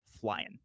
flying